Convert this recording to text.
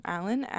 Alan